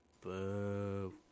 Boo